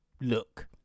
look